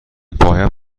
پاهایم